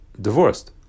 divorced